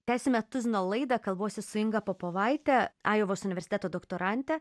tęsiame tuzino laidą kalbuosi su inga popovaitė ajovos universiteto doktorante